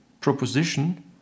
proposition